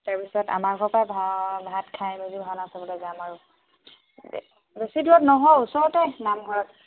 তাৰপিছত আমাৰ ঘৰৰ পৰা ভা ভাত খাই মেলি ভাওনা চাবলৈ যাম আৰু বেছি দূৰত নহয় ওচৰতে নামঘৰত